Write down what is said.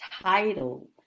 title